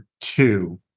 two